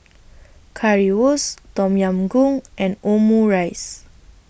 Currywurst Tom Yam Goong and Omurice